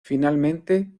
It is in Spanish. finalmente